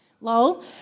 lol